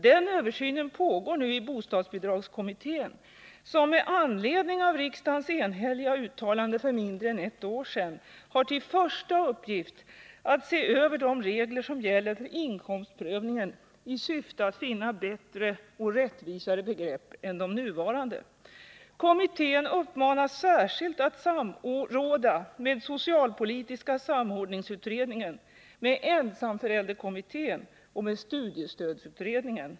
Denna översyn pågår nu i bostadsbidragskommittén, som med anledning av riksdagens enhälliga uttalande för mindre än ett år sedan har till första uppgift att se över de regler som gäller för inkomstprövningen i syfte att finna bättre och rättvisare begrepp än de nuvarande. Kommittén uppmanas särskilt att samråda med socialpolitiska samordningsutredningen, ensamförälderkommittén och studiestödsutredningen.